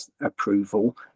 approval